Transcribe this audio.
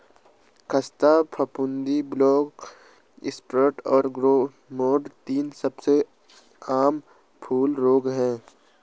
ख़स्ता फफूंदी, black spot और ग्रे मोल्ड तीन सबसे आम फूल रोग हैं